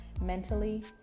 mentally